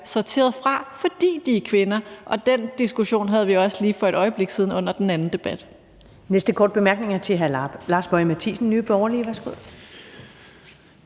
sorteret fra, fordi de er kvinder, og den diskussion havde vi også lige for et øjeblik siden under den anden debat.